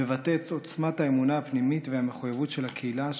מבטא את עוצמת האמונה הפנימית והמחויבות של הקהילה,